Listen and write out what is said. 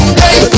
hey